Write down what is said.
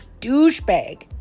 douchebag